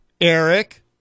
Eric